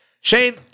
Shane